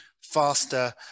faster